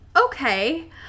okay